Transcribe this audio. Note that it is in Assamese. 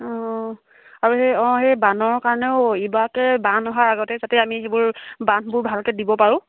অঁ আৰু সেই অঁ সেই বানৰ কাৰণেও ইবাৰকৈ বান অহাৰ আগতে যাতে আমি সেইবোৰ বান্ধবোৰ ভালকৈ দিব পাৰোঁ